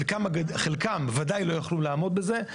חלקם בוודאי לא יוכלו לעמוד בזה,